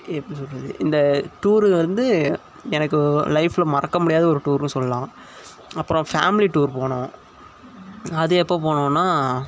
எப்படி சொல்கிறது இந்த டூரு வந்து எனக்கு லைஃப்பில் மறக்கமுடியாத ஒரு டூருன்னு சொல்லலாம் அப்புறம் ஃபேமிலி டூர் போனோம் அது எப்போ போனோம்னால்